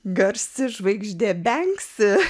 garsi žvaigždė